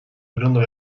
wyglądał